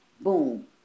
Boom